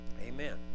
Amen